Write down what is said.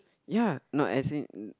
ya no as in